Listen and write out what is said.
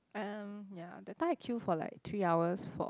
um ya that time I queue for like three hours for